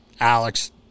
Alex